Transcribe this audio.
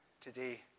today